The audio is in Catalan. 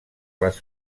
les